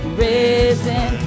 risen